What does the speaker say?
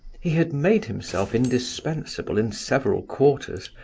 he had made himself indispensable in several quarters,